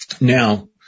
Now